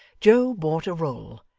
joe bought a roll,